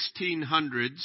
1600s